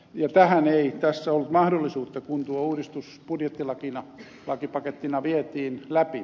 tähän ei tässä ollut mahdollisuutta kun tuo uudistus budjettilakipakettina vietiin läpi